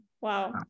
Wow